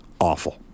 awful